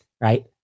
right